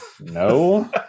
No